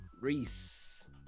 Reese